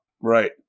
Right